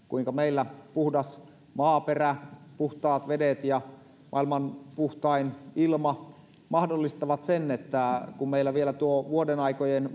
kuinka meillä puhdas maaperä puhtaat vedet ja maailman puhtain ilma mahdollistavat sen ja kun meillä vielä tuo vuodenaikojen